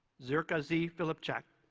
zirka z. filipczak